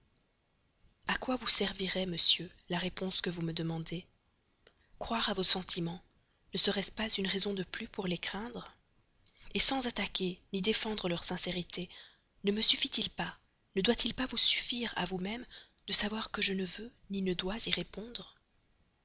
à quoi vous servirait monsieur la réponse que vous me demandez croire à vos sentiments ne serait-ce pas une raison de plus pour les craindre sans attaquer ni défendre leur sincérité ne me suffit-il pas ne doit-il pas vous suffire à vous-même de savoir que je ne veux ni ne dois y répondre